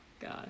god